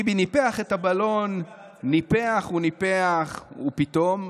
ביבי ניפח את הבלון, ניפח וניפח, ופתאום,